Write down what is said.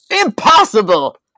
Impossible